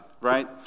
right